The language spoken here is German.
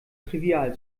trivial